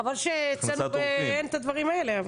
חבל שאצלנו אין את הדברים האלה.